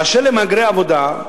באשר למהגרי העבודה,